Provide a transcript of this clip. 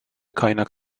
kaynak